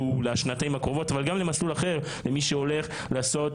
לשנתיים הקרובות וגם במסלול אחר למי שהולך לעשות